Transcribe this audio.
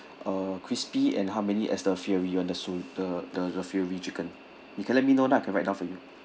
uh crispy and how many as the fury [one] the so~ the the the fury chicken you can let me know now I can write down for you